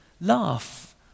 laugh